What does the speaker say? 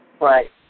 Right